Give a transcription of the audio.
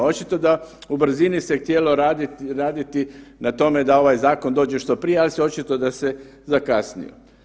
Očito da u brzini se htjelo raditi na tome da ovaj zakon dođe što prije, ali se očito da se zakasnilo.